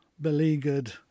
beleaguered